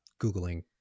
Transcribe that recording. Googling